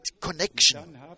connection